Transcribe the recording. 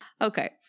Okay